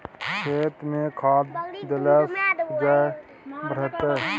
खेतमे खाद देलासँ उपजा बढ़तौ